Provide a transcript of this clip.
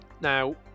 Now